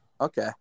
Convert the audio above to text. Okay